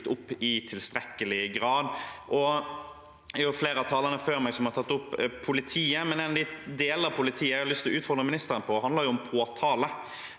opp i tilstrekkelig grad. Det er flere av talerne før meg som har tatt opp politiet, men en del av politiet jeg har lyst til å utfordre ministeren på, handler om påtale.